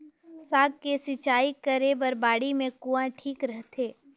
साग के सिंचाई करे बर बाड़ी मे कुआँ ठीक रहथे?